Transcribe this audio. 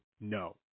no